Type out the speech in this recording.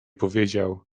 powiedział